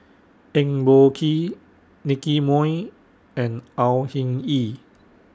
Eng Boh Kee Nicky Moey and Au Hing Yee